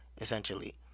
essentially